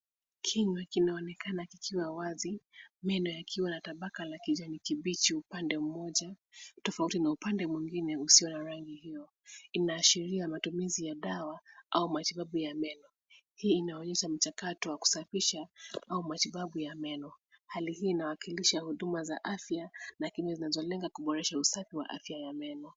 Kinywa kinaonekana kikiwa wazi meno yakiwa na tabaka la kijani kibichi upande mmoja tofauti na upande mwingine usio na rangi hiyo. Inaashiria matumizi ya dawa au matibabu ya meno. Hii inaonyesha mchakato wa kusafisha au matibabu ya meno. Hali hii inawakilisha huduma za afya na kinywa zinazolenga kuboresha usafi wa afya ya meno.